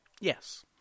Yes